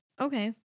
Okay